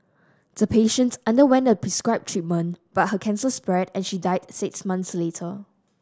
the patient underwent the prescribed treatment but her cancer spread and she died six months later